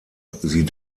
sie